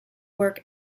work